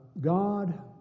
God